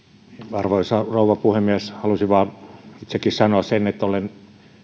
arvoisa rouva puhemies halusin vain itsekin sanoa sen että olen